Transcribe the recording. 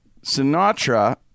Sinatra